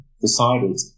decided